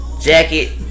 jacket